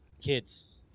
kids